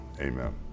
amen